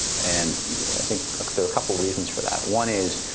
and i think there are a couple reasons for that. one is,